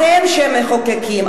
אתם שמחוקקים,